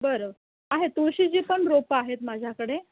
बरं आहे तुळशीची पण रोपं आहेत माझ्याकडे